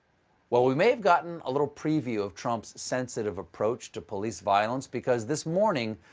well, we may have gotten a little preview of trump's sensitive approach to police violence, because this morning,